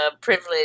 privilege